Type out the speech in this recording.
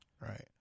Right